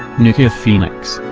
nikia phoenix